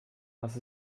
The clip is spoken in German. was